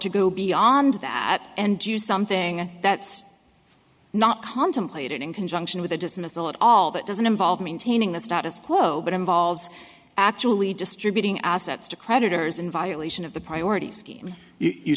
to go beyond that and do something that's not contemplated in conjunction with a dismissal at all that doesn't involve maintaining the status quo but involves actually distributing assets to creditors in violation of the priority scheme you